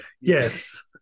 Yes